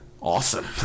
Awesome